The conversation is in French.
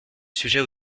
sujet